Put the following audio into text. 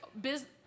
business